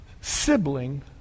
Sibling